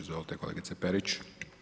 Izvolite kolegice Perić.